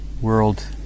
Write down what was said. world